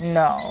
no